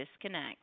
disconnect